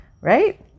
Right